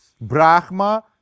Brahma